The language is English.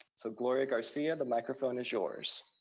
so gloria garcia, the microphone is yours.